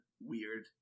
weird